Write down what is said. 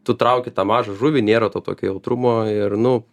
tu trauki tą mažą žuvį nėra to tokio jautrumo ir nu